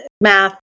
math